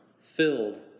filled